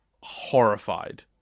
horrified